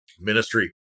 Ministry